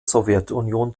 sowjetunion